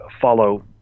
follow